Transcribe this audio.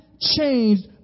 changed